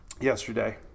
yesterday